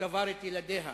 וקבר את ילדיה,